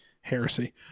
heresy